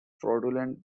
fraudulent